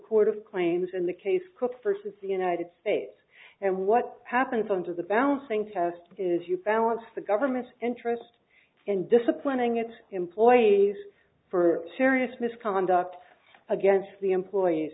court of claims in the case cook first is the united states and what happens under the balancing test is you balance the government's interest in disciplining its employees for serious misconduct against the employees